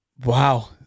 Wow